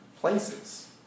places